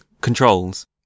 controls